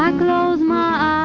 ah close my